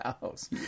house